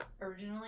originally